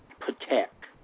protect